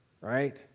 right